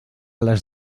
les